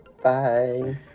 Bye